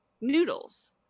noodles